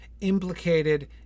implicated